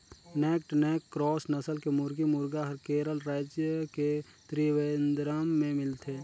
naked neck cross नसल के मुरगी, मुरगा हर केरल रायज के त्रिवेंद्रम में मिलथे